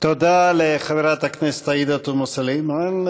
תודה לחברת הכנסת עאידה תומא סלימאן.